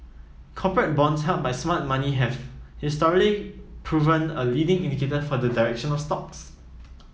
corporate bonds held by smart money have historically proven a leading indicator for the direction of stocks